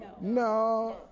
No